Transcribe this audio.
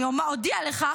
אני אודיע לך,